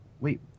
wait